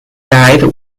died